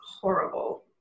horrible